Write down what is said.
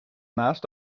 naast